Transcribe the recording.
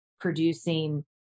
producing